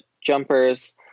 jumpers